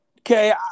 Okay